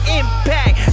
impact